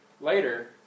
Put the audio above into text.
later